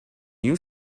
you